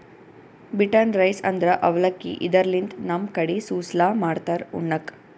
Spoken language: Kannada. ಬಿಟನ್ ರೈಸ್ ಅಂದ್ರ ಅವಲಕ್ಕಿ, ಇದರ್ಲಿನ್ದ್ ನಮ್ ಕಡಿ ಸುಸ್ಲಾ ಮಾಡ್ತಾರ್ ಉಣ್ಣಕ್ಕ್